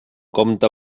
compte